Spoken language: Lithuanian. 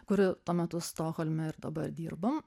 kuri tuo metu stokholme ir dabar dirba